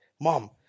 mom